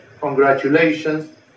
congratulations